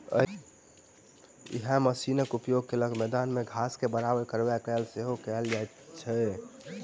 एहि मशीनक उपयोग खेलक मैदान मे घास के बराबर करबाक लेल सेहो कयल जा सकैत अछि